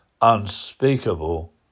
unspeakable